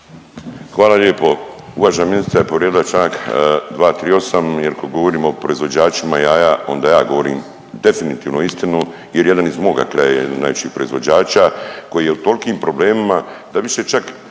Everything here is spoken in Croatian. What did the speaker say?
Hvala lijepo. Uvažena ministrica je povrijedila čl. 238. jer kad govorimo o proizvođačima jaja onda ja govorim definitivno istinu jer jedan iz moga kraja je jedan znači od proizvođača koji je u tolkim problemima da više čak